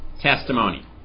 testimony